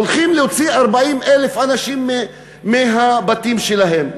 הולכים להוציא 40,000 אנשים מהבתים שלהם,